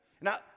Now